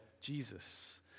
Jesus